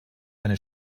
eine